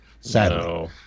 Sadly